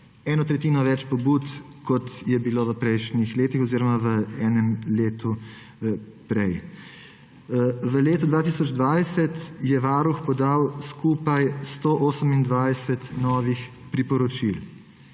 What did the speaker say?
Eno tretjino več pobud, kot jih je bilo v prejšnjih letih oziroma v enem letu prej. V letu 2020 je Varuh podal skupaj 128 novih priporočil.